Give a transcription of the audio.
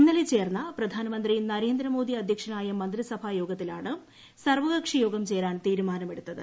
ഇന്നലെ ചേർന്ന പ്രധാനമന്ത്രി നരേന്ദ്രമോദി അധ്യക്ഷനായ മന്ത്രിസഭാ യോഗത്തിലാണ് സർവകക്ഷിയോഗം ചേരാൻ തീരുമാനമെടുത്തത്